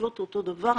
חושבות אותו דבר.